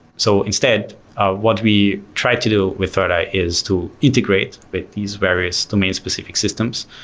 so instead, ah what we try to do with thirdeye is to integrate with these various domain-specific systems.